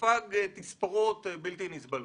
ספג תספורות בלתי נסבלות.